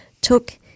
took